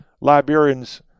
Liberians